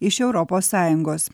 iš europos sąjungos